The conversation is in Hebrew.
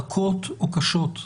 רכות או קשות.